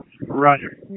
Roger